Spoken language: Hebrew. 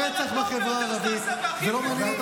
הדבר הטוב ביותר שתעשו זה שתתפטרו מהכנסת,